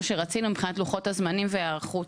שרצינו מבחינת לוחות הזמנים וההיערכות.